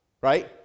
right